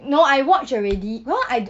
no I watch already no I do~